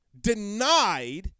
denied